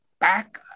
back